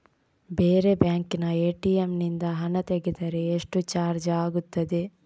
ಬೇರೆ ಬ್ಯಾಂಕಿನ ಎ.ಟಿ.ಎಂ ನಿಂದ ಹಣ ತೆಗೆದರೆ ಎಷ್ಟು ಚಾರ್ಜ್ ಆಗುತ್ತದೆ?